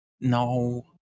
No